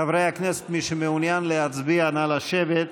חברי הכנסת, מי שמעוניין להצביע, נא לשבת.